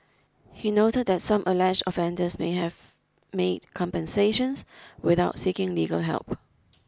he noted that some alleged offenders may have made compensations without seeking legal help